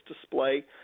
display